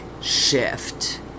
shift